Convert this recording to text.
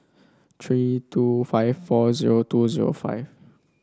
three two five four zero two zero five